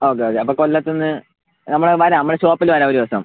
okay okay അപ്പോൾ കൊല്ലത്തുനിന്ന് നമ്മൾ വരാം നമ്മൾ ഷോപ്പിൽ വരാം ഒരു ദിവസം